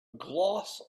gloss